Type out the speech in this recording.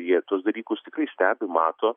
jie tuos dalykus tikrai stebi mato